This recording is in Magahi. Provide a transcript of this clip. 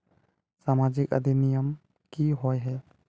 सामाजिक अधिनियम की होय है?